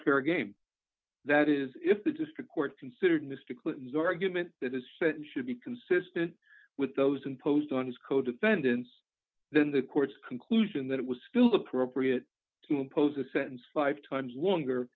fair game that is if the district court considered mr clinton's argument that a certain should be consistent with those imposed on his co defendants then the court's conclusion that it was still appropriate to impose a sentence five times longer